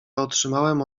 otrzymałem